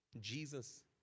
Jesus